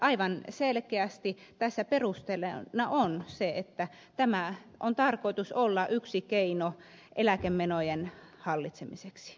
aivan selkeästi tässä perusteluna on se että tämän on tarkoitus olla yksi keino eläkemenojen hallitsemiseksi